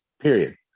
period